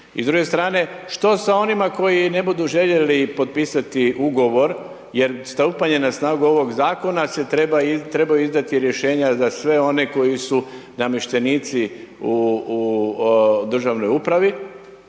i s druge strane što sa onima koji ne budu željeli potpisati ugovor jer stupanjem na snagu ovog zakona se trebaju izdati rješenja za sve one koji su namještenici u državnoj upravi